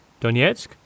Donetsk